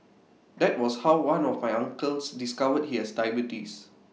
that was how one of my uncles discovered he has diabetes